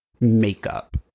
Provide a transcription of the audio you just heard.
makeup